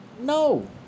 No